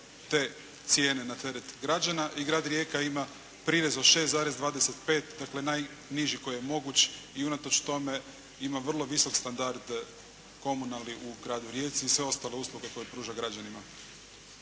te cijene na teret građana. I grad Rijeka ima prirez od 6,25 dakle najniži koji je moguć. I unatoč tome ima vrlo visok standard komunalni u gradu Rijeci i sve ostale usluge koje pruža građanima.